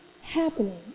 happening